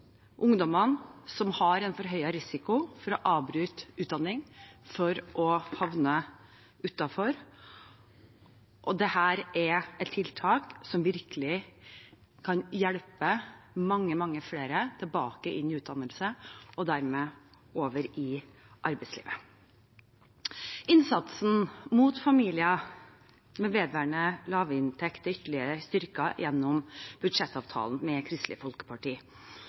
ungdommene som har forhøyet risiko for å avbryte utdanningen og havne utenfor, og dette er et tiltak som virkelig kan hjelpe mange, mange flere tilbake i utdannelse og dermed over i arbeidslivet. Innsatsen overfor familier med vedvarende lavinntekt er ytterligere styrket gjennom budsjettavtalen med Kristelig Folkeparti.